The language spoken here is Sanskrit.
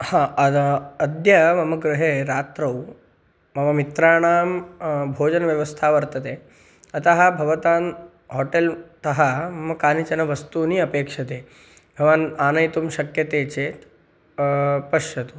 हा अद अद्य मम गृहे रात्रौ मम मित्राणां भोजनव्यवस्था वर्तते अतः भवतां होटेल्तः मम कानिचन वस्तूनि अपेक्षते भवान् आनयितुं शक्यते चेत् पश्यतु